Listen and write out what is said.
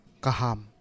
kaham